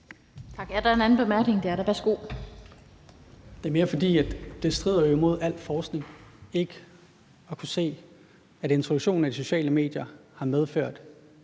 Kl. 16:27 Rasmus Lund-Nielsen (M): Det er mere, fordi det strider imod al forskning ikke at kunne se, at introduktionen af de sociale medier har medført